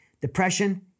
depression